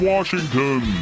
Washington